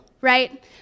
right